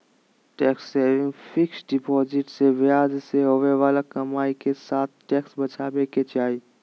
tax saving fixed deposit से ब्याज से होवे बाला कमाई के साथ टैक्स बचाबे के चाही